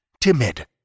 timid